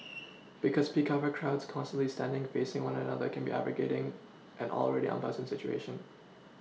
because peak hour crowds constantly standing facing one another can be aggravating an already unpleasant situation